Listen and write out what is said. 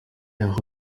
aha